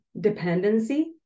dependency